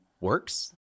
works